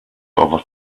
over